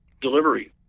delivery